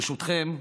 ברשותכם,